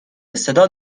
بصدا